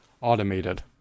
automated